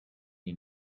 you